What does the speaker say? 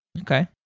Okay